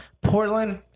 Portland